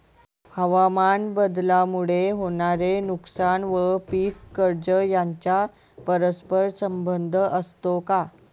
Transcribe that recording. हवामानबदलामुळे होणारे नुकसान व पीक कर्ज यांचा परस्पर संबंध असतो का?